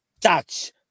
touch